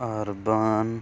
urban